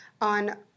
on